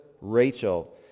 Rachel